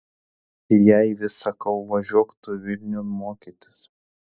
ir jai vis sakau važiuok tu vilniun mokytis